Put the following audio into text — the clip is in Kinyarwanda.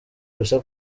ubusa